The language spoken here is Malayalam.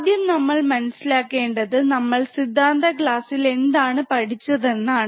ആദ്യം നമ്മൾ മനസ്സിലാക്കേണ്ടത് നമ്മൾ സിദ്ധാന്ത ക്ലാസ്സിൽ എന്താണ് പഠിച്ചത് എന്നാണ്